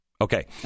Okay